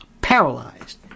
paralyzed